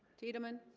tiedemann